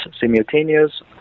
simultaneous